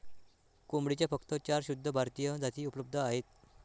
कोंबडीच्या फक्त चार शुद्ध भारतीय जाती उपलब्ध आहेत